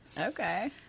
Okay